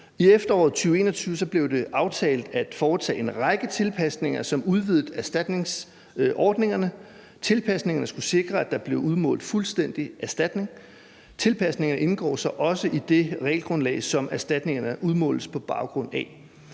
I efteråret 2021 blev det aftalt at foretage en række tilpasninger, som udvidede erstatningsordningerne. Tilpasningerne skulle sikre, at der blev udmålt fuldstændig erstatning. Tilpasningerne indgår så også i det regelgrundlag, som erstatningerne udmåles på baggrund af.